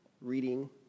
reading